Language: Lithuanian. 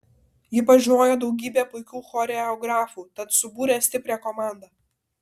ji pažinojo daugybę puikių choreografų tad subūrė stiprią komandą